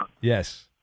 Yes